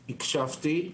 הקשבתי.